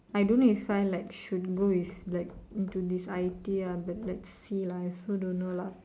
I don't know if I like should got this into I T ah like see lah I also don't know lah